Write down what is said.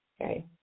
Okay